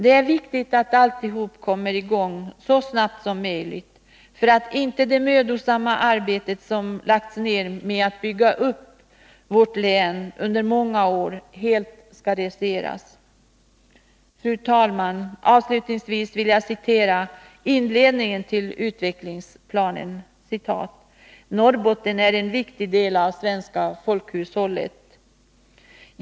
Det är viktigt att alltihop kommer i gång så snart som möjligt, så att inte det som under många år mödosamt har byggts Om sysselsättningupp i vårt län helt skall raseras. en i järnmalms Fru talman! Avslutningsvis vill jag citera inledningen till utvecklingspla — orterna nen: ”Norrbotten är en viktig del av det svenska folkhushållet ——-.